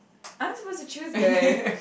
I'm supposed to choose girl